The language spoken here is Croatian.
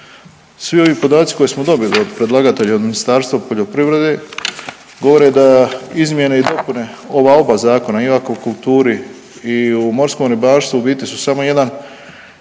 Svi ovi podaci koje smo dobili od predlagatelja, od Ministarstva poljoprivrede govore da izmjene i dopune ova oba zakona i o aquakulturi i o morskom ribarstvu u biti su samo jedan